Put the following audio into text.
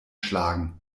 schlagen